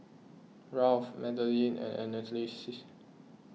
Ralph Madelyn and Anneliese